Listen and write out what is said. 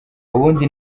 ubundi